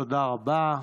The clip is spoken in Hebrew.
תודה רבה.